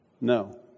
No